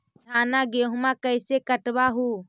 धाना, गेहुमा कैसे कटबा हू?